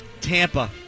Tampa